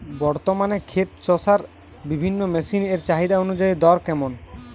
বর্তমানে ক্ষেত চষার বিভিন্ন মেশিন এর চাহিদা অনুযায়ী দর কেমন?